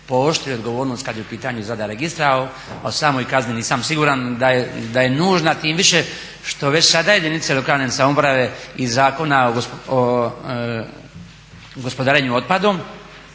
pooštri odgovornost kad je u pitanju izrada registra. A o samoj kazni nisam siguran da je nužna, tim više što već sada jedinice lokalne samouprave iz Zakona o gospodarenju otpadom,